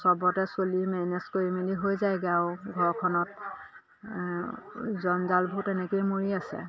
চবতে চলি মেনেজ কৰি মেলি হৈ যায়গৈ আৰু ঘৰখনত জঞ্জালবোৰ তেনেকৈয়ে মৰি আছে